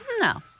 No